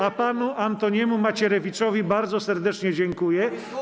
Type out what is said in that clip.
A panu Antoniemu Macierewiczowi bardzo serdecznie dziękuję.